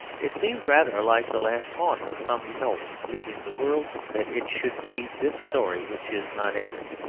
it seems rather like the last taunt of some elf, leaving the world, that it should be this story which is not ended,